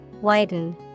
widen